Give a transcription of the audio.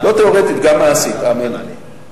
לא תיאורטית, גם מעשית, האמן לי.